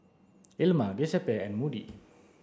Ilma Giuseppe and Moody